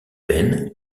pen